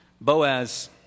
Boaz